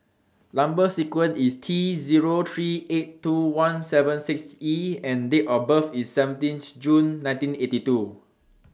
Number sequence IS T Zero three eight two one seven six E and Date of birth IS seventeen June nineteen eighty two